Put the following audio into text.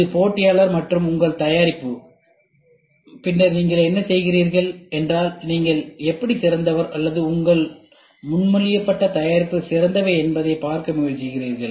இது போட்டியாளர் மற்றும் இது உங்கள் தயாரிப்பு பின்னர் நீங்கள் என்ன செய்கிறீர்கள் என்றால் நீங்கள் எப்படி சிறந்தவர் அல்லது உங்கள் முன்மொழியப்பட்ட தயாரிப்பு சிறந்தவை என்பதைப் பார்க்க முயற்சிக்கிறீர்கள்